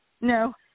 No